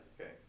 Okay